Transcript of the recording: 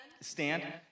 stand